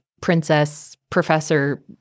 princess-professor